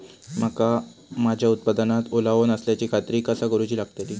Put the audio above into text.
मका माझ्या उत्पादनात ओलावो नसल्याची खात्री कसा करुची लागतली?